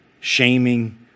shaming